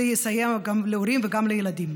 זה יסייע גם להורים וגם לילדים.